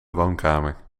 woonkamer